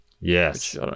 Yes